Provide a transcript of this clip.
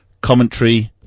Commentary